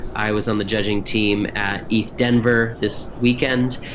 i was on the judging team at eatdenver this weekend,